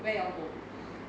where you all go